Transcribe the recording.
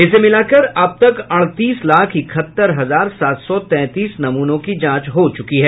इसे मिलाकर अब तक अड़तीस लाख इकहत्तर हजार सात सौ तैंतीस नमूनों की जांच हो चुकी है